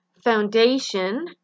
Foundation